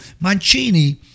Mancini